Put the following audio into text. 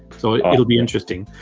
so it'll be interesting.